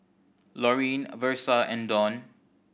Laurene Versa and Donn